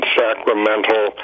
sacramental